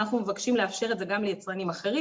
אנחנו מבקשים לאפשר את זה גם ליצרנים אחרים.